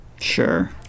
Sure